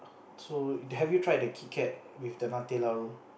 so have you tried the kit-kat with the Nutella roll